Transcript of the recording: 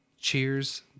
cheers